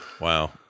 Wow